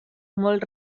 molt